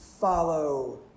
follow